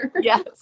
Yes